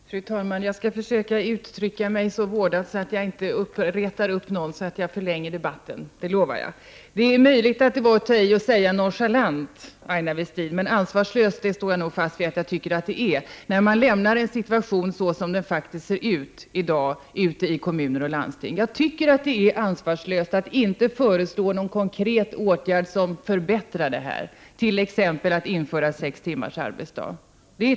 Fru talman! Jag lovar att jag skall försöka uttrycka mig så vårdat att jag inte retar upp någon och förlänger debatten. Det är möjligt att det var att ta i när jag använde ordet nonchalant, Aina Westin, men ansvarslöst håller jag fast vid att det är, när man struntar i 59 situationen som den nu faktiskt ser ur i dag ute i kommuner och landsting. Jag tycker att det är ansvarslöst att inte föreslå någon konkret åtgärd för att förbättra förhållandena, t.ex. införande av sex timmars arbetsdag.